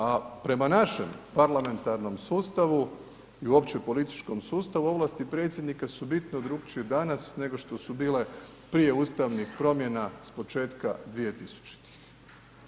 A prema našem parlamentarnom sustavu i uopće političkom sustavu, ovlasti Predsjednika su bitno drukčije danas nego što su bile prije ustavnih promjena s početka 2000-ih.